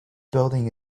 building